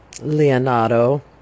Leonardo